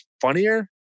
funnier